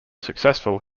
successful